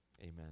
Amen